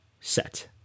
set